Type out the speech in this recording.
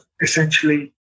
essentially